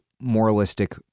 moralistic